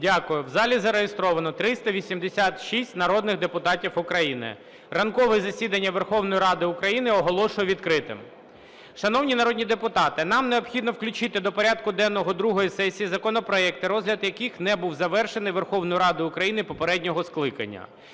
В залі зареєстровано 386 народних депутатів України. Ранкове засідання Верховної Ради України оголошую відкритим. Шановні народні депутати, нам необхідно включити до порядку денного другої сесії законопроекти, розгляд яких не був завершений Верховною Радою України попереднього скликання.